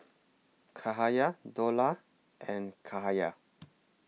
Cahaya Dollah and Cahaya